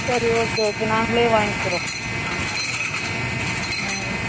சரி okay okay நாங்களே வாங்கிக்கிறோம் ம்